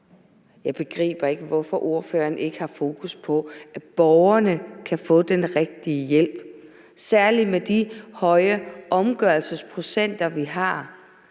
Jeg begriber ikke, hvorfor ordføreren ikke har fokus på, at borgerne kan få den rigtige hjælp, særlig med de høje omgørelsesprocenter, vi har.